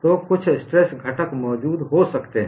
तो कुछ स्ट्रेस घटक मौजूद हो सकते हैं